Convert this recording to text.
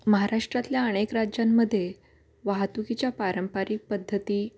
महाराष्ट्रातल्या अनेक राज्यांमध्ये वाहतुकीच्या पारंपरिक पद्धती